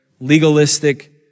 legalistic